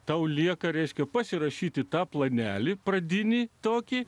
tau lieka reiškia pasirašyti tą planelį pradinį tokį